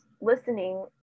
listening